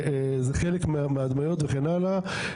זה חלק מההדמיות וכן הלאה.